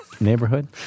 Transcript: neighborhood